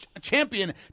champion